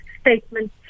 statement